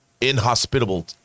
inhospitable